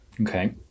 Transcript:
Okay